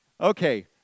Okay